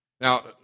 Now